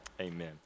amen